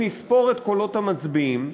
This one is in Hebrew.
אם נספור את קולות המצביעים,